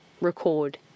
record